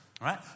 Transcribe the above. right